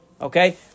Okay